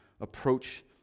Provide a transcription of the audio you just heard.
approach